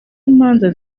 imanza